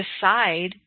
Decide